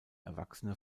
erwachsene